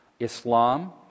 Islam